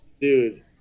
dude